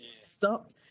Stop